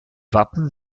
wappen